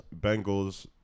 Bengals